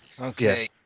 Okay